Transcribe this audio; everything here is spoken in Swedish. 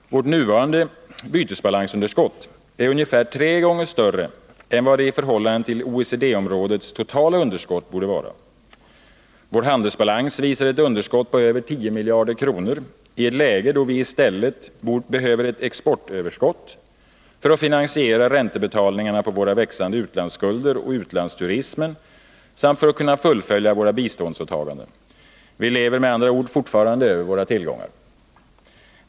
Vårt nuvarande bytesbalansunderskott är ungefär tre gånger större än vad det i förhållande till OECD-områdets totala underskott borde vara. Vår handelsbalans visar ett underskott på över 10 miljarder kronor i ett läge då vi i stället behöver ett exportöverskott för att finansiera räntebetalningarna på våra växande utlandsskulder och utlandsturismen samt för att kunna fullfölja våra biståndsåtaganden. Vi lever med andra ord fortfarande över våra tillgångar.